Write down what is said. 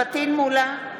(קוראת בשמות חברי הכנסת) פטין מולא,